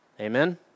Amen